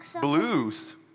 Blues